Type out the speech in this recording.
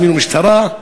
הזמינו משטרה.